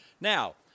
Now